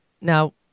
Now